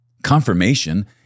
Confirmation